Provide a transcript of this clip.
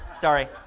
Sorry